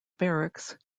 barracks